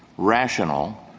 rational,